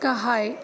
गाहाय